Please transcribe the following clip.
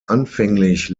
anfänglich